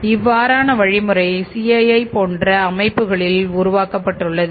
இவ்வாறான வழிமுறை CII போன்ற அமைப்புகளில் உருவாக்கப்பட்டுள்ளது